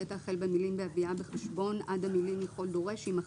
הקטע החל במילים "בהביאה בחשבון" עד המילים "לכל דורש" יימחק.